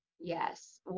Yes